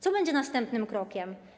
Co będzie następnym krokiem?